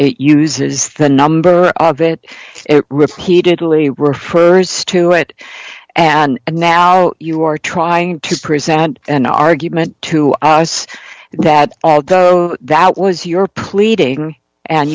it uses the number of it it repeatedly refers to it and now you are trying to present an argument to us that although that was your pleading and